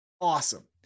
awesome